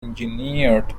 engineered